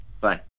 Bye